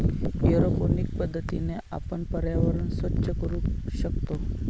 aeroponic पद्धतीने आपण पर्यावरण स्वच्छ करू शकतो